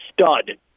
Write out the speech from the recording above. stud